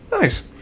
Nice